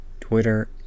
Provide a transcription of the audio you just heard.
twitter